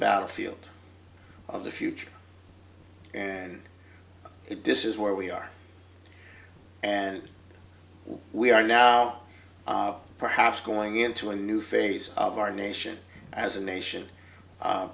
battlefield of the future and it decides where we are and we are now perhaps going into a new phase of our nation as a nation